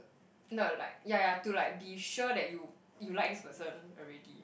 no like yeah yeah to like be sure that you you like this person already